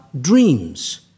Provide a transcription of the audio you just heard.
dreams